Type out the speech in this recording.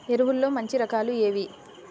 ఎరువుల్లో మంచి రకాలు ఏవి?